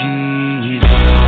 Jesus